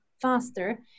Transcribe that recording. faster